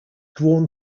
drawn